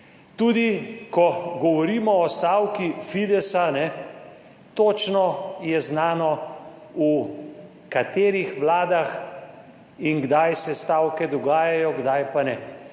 rešili. Ko govorimo o stavki Fidesa, je točno znano, v katerih vladah in kdaj se stavke dogajajo, kdaj pa ne.